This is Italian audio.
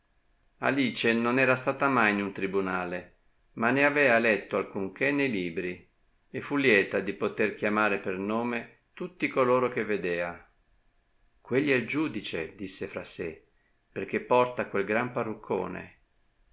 alice non era stata mai in un tribunale ma ne avea letto alcunchè ne libri e fu lieta di poter chiamare per nome tutti coloro che vedea quegli è il giudice disse fra sè perchè porta quel gran parruccone